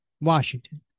Washington